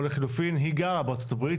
או לחילופין היא גרה בארצות הברית,